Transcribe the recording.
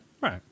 Right